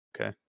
okay